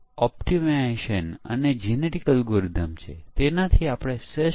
પરીક્ષણ વ્યૂહરચના કયા વિવિધ પ્રકારો છે જેનો આપણે ઉપયોગ કરીશું